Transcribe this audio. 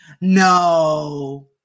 no